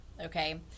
okay